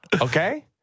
okay